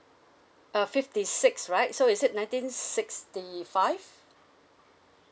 uh fifty six right so is it nineteen sixty five